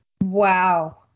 Wow